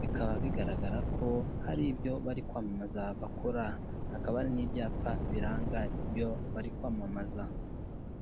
bikaba bigaragara ko hari ibyo bari kwamamaza bakora, hakaba hari n'ibyapa biranga ibyo bari kwamamaza.